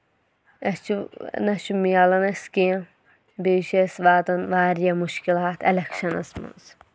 اَسہِ چھُ نہ چھُ مِلان أسۍ کینٛہہ بیٚیہِ چھُ اَسہِ واتان واریاہ مُشکِلات اٮ۪لٮ۪کشَنَس منٛز